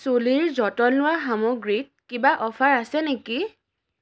চুলিৰ যতন লোৱা সামগ্ৰীত কিবা অফাৰ আছে নেকি